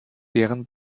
deren